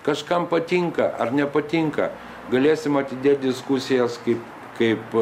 kažkam patinka ar nepatinka galėsim atidėt diskusijas kaip kaip